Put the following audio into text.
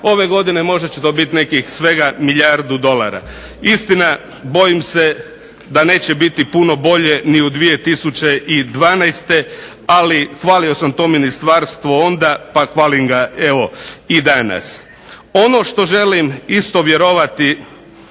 Ove godine možda će to biti nekih svega milijardu dolara. Istina, bojim se da neće biti puno bolje ni 2012. Ali hvalio sam to ministarstvo onda, pa hvalim ga evo i danas. Ono što želim isto vjerovati